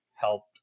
helped